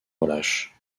relâche